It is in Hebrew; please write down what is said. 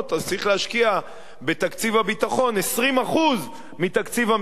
וצריך להשקיע בתקציב הביטחון 20% מתקציב המדינה.